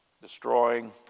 destroying